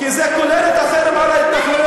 כי זה כולל את החרם על ההתנחלויות.